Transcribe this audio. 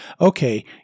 okay